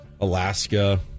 Alaska